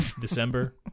December